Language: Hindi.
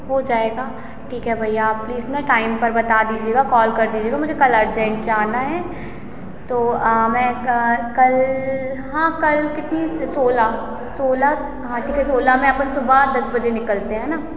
हो जाएगा ठीक है भैया आप प्लीज न टाइम पर बता दीजिएगा कॉल कर दीजिएगा मुझे कल अर्जेंट जाना है तो मैं कल हाँ कल कितनी सोलह सोलह हाँ ठीक है सोलह मैं आपन सुबह दस बजे निकलते हैं न